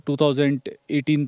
2018